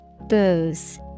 Booze